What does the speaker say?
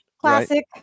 Classic